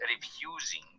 refusing